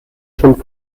schon